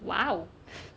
!wow!